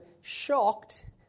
shocked